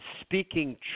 speaking